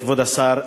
כבוד השר,